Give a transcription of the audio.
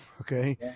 Okay